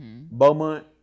Beaumont